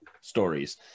stories